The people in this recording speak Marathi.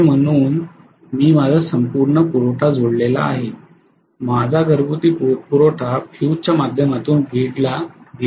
असे म्हणून मी माझा संपूर्ण पुरवठा जोडलेला आहे माझा घरगुती पुरवठा फ्यूजच्या माध्यमातून ग्रीड ला दिला आहे